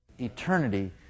Eternity